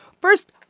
First